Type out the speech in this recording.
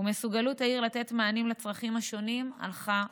ומסוגלות העיר לתת מענים לצרכים השונים הלכה ופחתה.